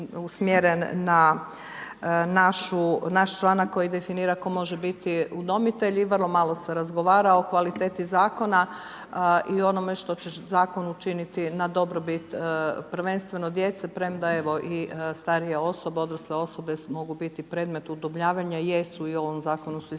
na naš članak koji definira tko može biti udomitelj i vrlo malo se razgovara o kvaliteti zakona i ono što će zakon učiniti na dobrobiti prvenstveno djece premda evo i starije osobe, odrasle osobe mogu biti predmet udomljavanja, jesu i u ovom zakonu su isto